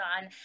on